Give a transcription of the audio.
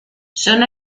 son